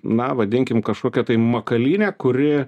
na vadinkim kažkokia tai makalynė kuri